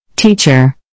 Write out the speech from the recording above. Teacher